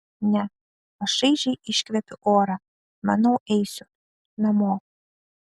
ne aš šaižiai iškvepiu orą manau eisiu namo